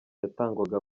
yatangwaga